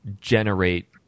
generate